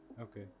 okay